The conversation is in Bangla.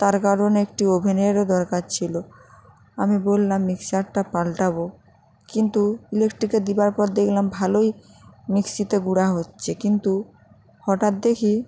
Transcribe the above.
তার কারণ একটি ওভেনেরও দরকার ছিলো আমি বললাম মিক্সরটা পাল্টাবো কিন্তু ইলেকট্রিকে দেবার পর দেখলাম ভালোই মিক্সিতে গুঁড়া হচ্ছে কিন্তু হটাৎ দেখি